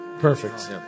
Perfect